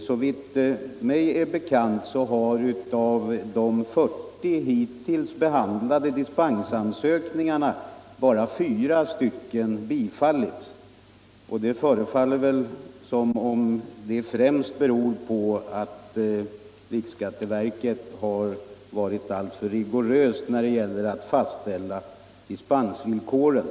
Såvitt mig är bekant har av de 40 hittills behandlade dispensansökningarna bara fyra bifallits. Det förefaller som om detta främst beror på att riksskatteverket har varit alltför rigoröst när det gäller att fastställa dispensvillkoren.